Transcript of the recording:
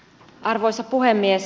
arvoisa puhemies